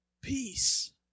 peace